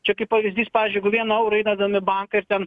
čia kaip pavyzdys pavyzdžiui jeigu vieną eurą įdedam į banką ir ten